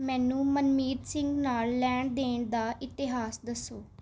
ਮੈਨੂੰ ਮਨਮੀਤ ਸਿੰਘ ਨਾਲ ਲੈਣ ਦੇਣ ਦਾ ਇਤਿਹਾਸ ਦੱਸੋ